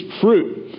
fruit